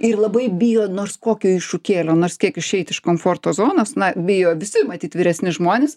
ir labai bijo nors kokio iššūkėlio nors kiek išeit iš komforto zonos na bijo visi matyt vyresni žmonės